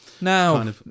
Now